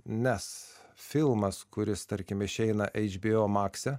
nes filmas kuris tarkim išeina eič bio makse